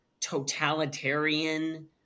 totalitarian